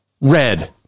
red